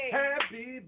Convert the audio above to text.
happy